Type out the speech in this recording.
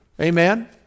Amen